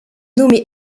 nommé